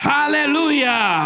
Hallelujah